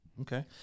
Okay